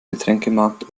getränkemarkt